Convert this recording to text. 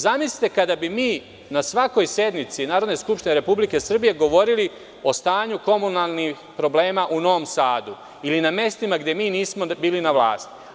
Zamislite kada bi mi na svakoj sednici Narodne skupštine Republike Srbije govorili o stanju komunalnih problema u Novom Sadu, ili na mestima gde mi nismo bili na vlasti.